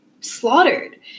slaughtered